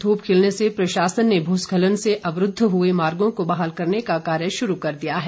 धूप खिलने से प्रशासन ने भूस्खलन से अवरूद्व मार्गो को बहाल करने का कार्य शुरू कर दिया है